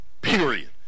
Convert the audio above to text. Period